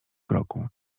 kroku